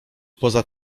poza